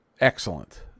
excellent